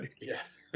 Yes